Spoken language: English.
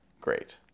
great